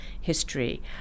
history